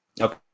Okay